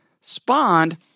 spawned